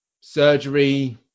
surgery